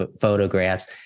photographs